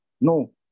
No